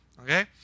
okay